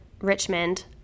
Richmond